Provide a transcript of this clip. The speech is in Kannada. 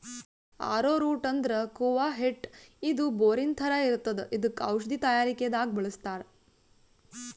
ಆರೊ ರೂಟ್ ಅಂದ್ರ ಕೂವ ಹಿಟ್ಟ್ ಇದು ಬೇರಿನ್ ಥರ ಇರ್ತದ್ ಇದಕ್ಕ್ ಔಷಧಿ ತಯಾರಿಕೆ ದಾಗ್ ಬಳಸ್ತಾರ್